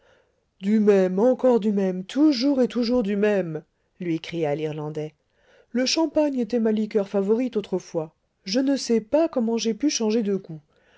du même encor du même toujours et toujours du même lui cria l'irlandais le champagne était ma liqueur favorite autrefois je ne sais pas comment j'ai pu changer de goût